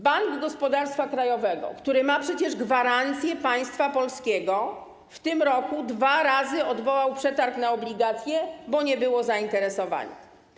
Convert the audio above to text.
Bank Gospodarstwa Krajowego, który ma przecież gwarancje państwa polskiego, w tym roku dwa razy odwołał przetarg na obligacje, bo nie było zainteresowania.